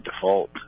default